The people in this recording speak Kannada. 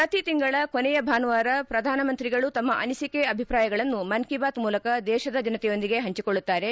ಪ್ರತಿ ತಿಂಗಳ ಕೊನೆಯ ಭಾನುವಾರ ಪ್ರಧಾನಮಂತ್ರಿಗಳು ತಮ್ಮ ಅನಿಸಿಕೆ ಅಭಿಪ್ರಾಯಗಳನ್ನು ಮನ್ ಕಿ ಬಾತ್ ಮೂಲಕ ದೇಶದ ಜನತೆಯೊಂದಿಗೆ ಪಂಚಿಕೊಳ್ಳುತ್ತಾರೆ